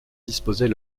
disposait